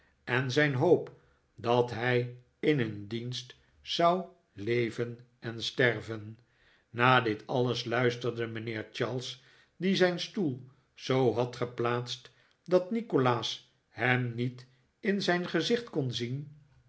en zijn hoop dat hij in hun dienst zou leven en sterven naar dit alles luisterde mijnheer charles die zijn stoel zoo had geplaatst dat nikolaas hem niet in zijn gezicht kon zien